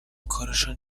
کارشان